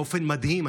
באופן מדהים,